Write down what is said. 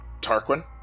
Tarquin